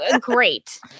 great